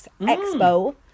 expo